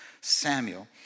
Samuel